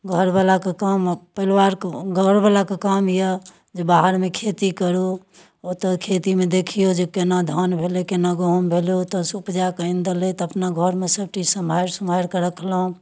घरवलाके काम परिवारके घरोवलाके काम यऽ जे बाहरमे खेती करू ओतऽ खेतीमे देखियौ जे केना धान भेलै केना गहुम भेलै ओतऽ सँ उपजाकऽ आनि देलथि अपना घरमे सबटा सम्हारि सुम्हारि कऽ रखलहुँ